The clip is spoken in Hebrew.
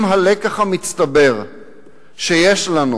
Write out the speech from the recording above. אם הלקח המצטבר שיש לנו